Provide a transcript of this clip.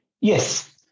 Yes